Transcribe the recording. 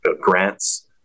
grants